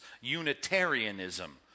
Unitarianism